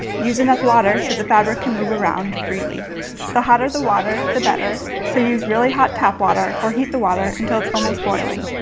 use enough water so the fabric can move around freely the hotter the water the better, so use really hot tap water or heat the water until it's almost boiling.